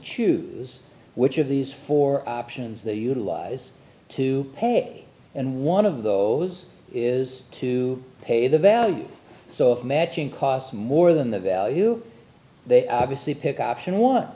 choose which of these four options they utilize to pay and one of those is to pay the value so matching cost more than the value they obviously pick option one